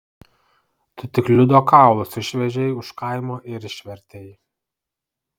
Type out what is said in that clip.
tu tik liudo kaulus išvežei už kaimo ir išvertei